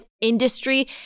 industry